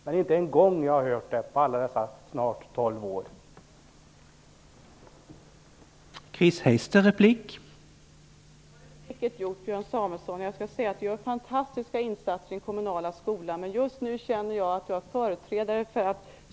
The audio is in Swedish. Men jag har inte hört detta en enda gång under mina snart tolv år i riksdagen.